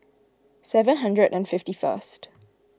seven hundred and fifty first